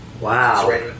Wow